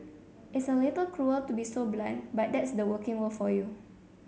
it's a little cruel to be so blunt but that's the working world for you